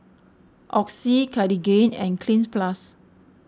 Oxy Cartigain and Cleanz Plus